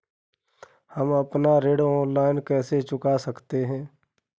हम अपना ऋण ऑनलाइन कैसे चुका सकते हैं?